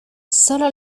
solo